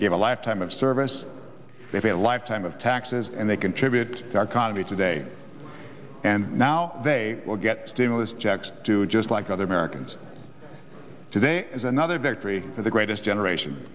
gave a lifetime of service they had a lifetime of taxes and they contribute to our congress today and now they will get stimulus checks too just like other americans today is another victory for the greatest generation